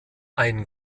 ein